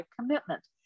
commitment